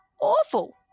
Awful